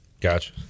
Gotcha